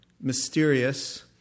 mysterious